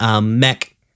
mech